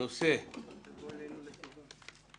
הנושא שעל סדר-היום הוא